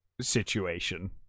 situation